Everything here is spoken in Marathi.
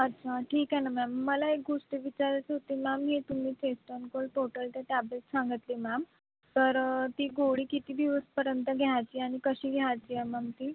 अच्छा ठीक आहे ना मॅम मला एक गोष्ट विचारायची होती मॅम हे तुमी ते सँपल टोटल त्या टॅब्लेट सांगतली मॅम तर ती गोळी किती दिवस पर्यंत घ्यायची आणि कशी घ्यायची आहे मॅम ती